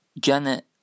Janet